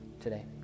today